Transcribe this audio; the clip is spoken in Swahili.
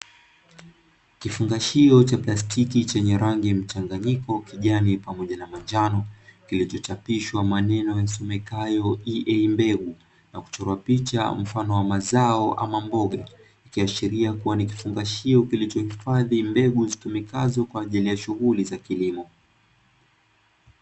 Kifungashio cha plastiki chenye rangi mchanganyiko, kijani pamoja na manjano, kilichochapishwa maneno yasomekayo ''EA mbegu'' na kuchorwa picha mfano wa mazao ama mboga, kikiashiria kuwa ni kifungashio kilichohifadhi mbegu zitumikazo kwa ajili ya shughuli za kilimo.